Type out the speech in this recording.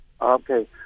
Okay